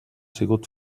sigut